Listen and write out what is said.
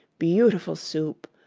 beautiful soup!